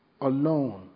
alone